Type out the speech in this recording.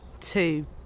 two